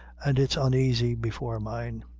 and is unaisy before mine.